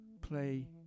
play